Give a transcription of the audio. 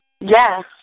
Yes